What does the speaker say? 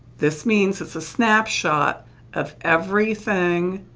this means it's a snapshot of everything,